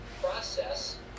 process